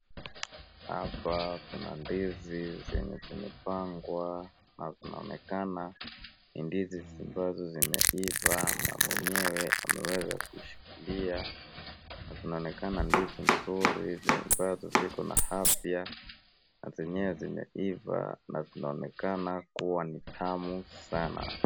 Hapa kuna ndizi zenye zimepangwa na zinaonekana ni ndizi ambazo zimeiva, mwenyewe ameweza kuishikilia na kunaonekana ndizi nzuri ambazo zikona afya na zenyewe zimeiva na zinaonekana kuwa ni tamu sana.